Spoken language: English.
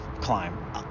climb